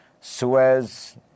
Suez